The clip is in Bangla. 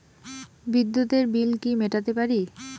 বিদ্যুতের বিল কি মেটাতে পারি?